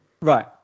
right